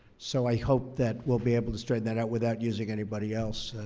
so i hope that we'll be able to straighten that out without using anybody else.